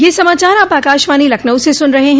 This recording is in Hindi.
ब्रे क यह समाचार आप आकाशवाणी लखनऊ से सुन रहे हैं